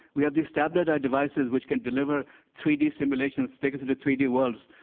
we have these tabular devices which can deliver three d simulations, take us into three d worlds.